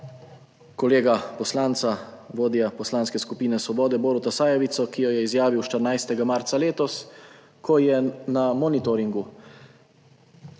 kolega poslanca vodja Poslanske skupine Svobode, Boruta Sajovica, ki jo je izjavil 14. marca letos, ko je na monitoringu